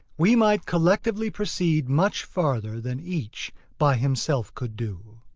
we might collectively proceed much farther than each by himself could do.